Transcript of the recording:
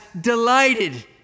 delighted